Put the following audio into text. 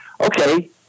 okay